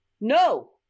no